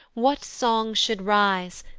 what songs should rise,